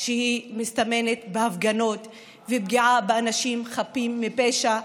שמסתמנת בהפגנות ופגיעה באנשים חפים מפשע,